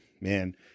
Man